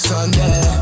Sunday